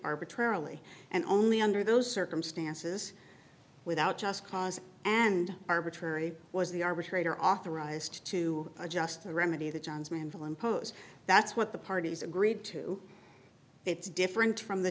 arbitrarily and only under those circumstances without just cause and arbitrary was the arbitrator authorized to adjust the remedy the johns manville impose that's what the parties agreed to it's different from the